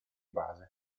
base